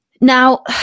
Now